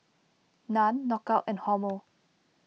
Nan Knockout and Hormel